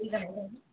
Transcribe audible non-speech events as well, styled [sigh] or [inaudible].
[unintelligible]